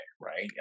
right